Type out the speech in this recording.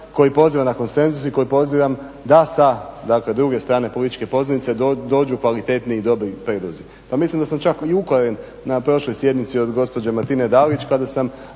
koji poziva na konsenzus i koji pozivam da sa druge strane političke pozornice dođu kvalitetni i dobri prijedlozi. Pa mislim da sam čak i ukoren na prošloj sjednici od gospođe Martine Dalić kada sam